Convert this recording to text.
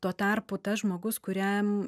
tuo tarpu tas žmogus kuriam